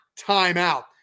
Timeout